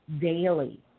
daily